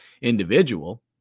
individual